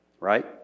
right